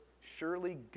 surely